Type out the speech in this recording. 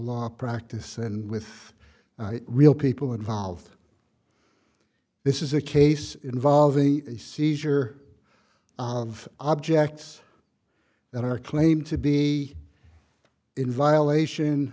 law practice and with real people involved this is a case involving a seizure of objects that are claimed to be in violation